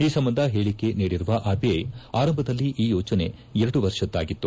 ಈ ಸಂಬಂಧ ಹೇಳಿಕೆ ನೀಡಿರುವ ಆರ್ಬಿಐ ಆರಂಭದಲ್ಲಿ ಈ ಯೋಜನೆ ಎರಡು ವರ್ಷದ್ದಾಗಿತ್ತು